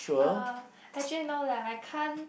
uh actually no lah I can't